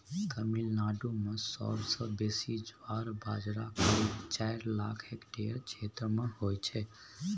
तमिलनाडु मे सबसँ बेसी ज्वार बजरा करीब चारि लाख हेक्टेयर क्षेत्र मे होइ छै